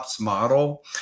model